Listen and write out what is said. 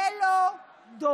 יהיה לו דובר,